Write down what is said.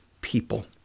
people